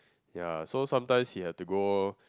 ya so sometimes he has to go